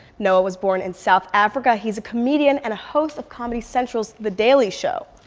noah was born in south africa. he is a comedian and host of comedy central's the daily show.